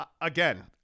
Again